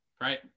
Right